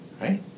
Right